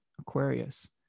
Aquarius